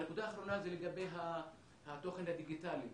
הנקודה האחרונה זה לגבי התוכן הדיגיטלי.